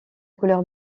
couleur